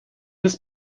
des